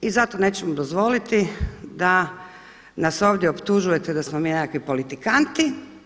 I zato nećemo dozvoliti da nas ovdje optužujete da smo mi nekakvi politikanti.